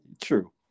True